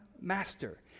master